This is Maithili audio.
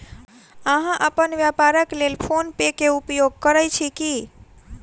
अहाँ अपन व्यापारक लेल फ़ोन पे के उपयोग करै छी की?